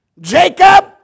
Jacob